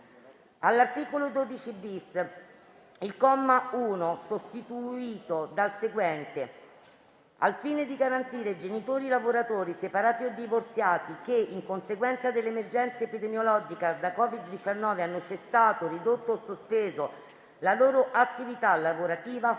all'articolo 12-*bis*, il comma 1 sia sostituito dal seguente: "1. Al fine di garantire ai genitori lavoratori separati o divorziati, che in conseguenza dell'emergenza epidemiologica da COVID-19 hanno cessato, ridotto o sospeso la loro attività lavorativa,